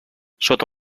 sota